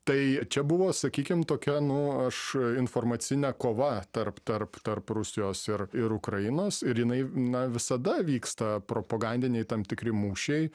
tai čia buvo sakykim tokia nu aš informacinė kova tarp tarp tarp rusijos ir ir ukrainos ir jinai na visada vyksta propagandiniai tam tikri mūšiai